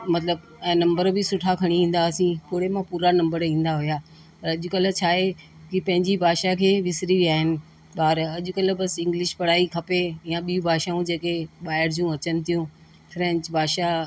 मतिलबु ऐं नंबर बि सुठा खणी ईंदा हुआसीं पूरे मां पूरा नंबर ईंदा हुआ पर अॼुकल्ह छा आहे कि पंहिंजी भाषा खे विसरी विया आहिनि ॿार अॼुकल्ह बसि इंग्लिश पढ़ाई खपे या ॿीं भाषाऊं जेके ॿाहिरि जूं अचनि थियूं फ्रैंच भाषा